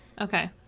okay